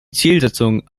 zielsetzung